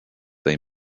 they